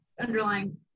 underlying